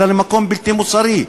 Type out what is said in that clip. אלא למקום בלתי מוסרי,